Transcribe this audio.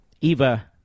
Eva